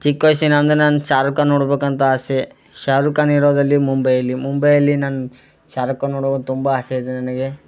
ಚಿಕ್ಕ ವಯ್ಸಿನಿಂದ ನಾನು ಶಾರುಕ್ ಖಾನ್ ನೋಡ್ಬೇಕಂತ ಆಸೆ ಶಾರುಕ್ ಖಾನ್ ಇರೋದು ಎಲ್ಲಿ ಮುಂಬೈಯಲ್ಲಿ ಮುಂಬೈಯಲ್ಲಿ ನಾನು ಶಾರುಕ್ ಖಾನ್ ನೋಡ್ಬಕಂತ ತುಂಬ ಆಸೆ ಇದೆ ನನಗೆ